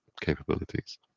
capabilities